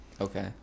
Okay